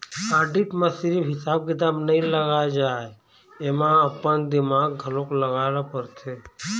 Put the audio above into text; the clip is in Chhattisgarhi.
आडिट म सिरिफ हिसाब किताब नइ लगाए जाए एमा अपन दिमाक घलोक लगाए ल परथे